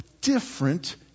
Different